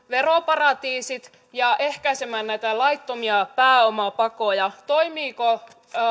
veroparatiisit ja ehkäisemään näitä laittomia pääomapakoja toimiiko